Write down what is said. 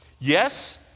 Yes